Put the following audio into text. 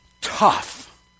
tough